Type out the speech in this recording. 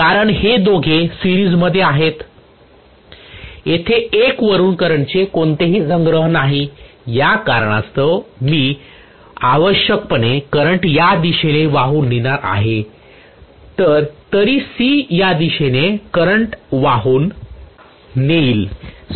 कारण हे दोघे सिरीज मध्ये आहेत तेथे 1 वरून करंटचे कोणतेही संग्रह नाही या कारणास्तव मी आवश्यकपणे करंट या दिशेने वाहून नेणार आहे तर तरी C या दिशेने करंट वाहून नेईल